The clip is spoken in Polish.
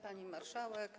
Pani Marszałek!